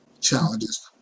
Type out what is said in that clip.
challenges